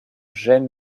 jaime